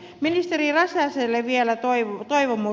ministeri räsäselle vielä toivomus